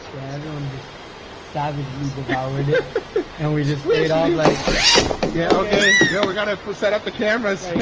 yeah everyone just savagely devoured it and we just like um like yeah okay. yeah we're gonna set up the cameras.